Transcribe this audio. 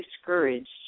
discouraged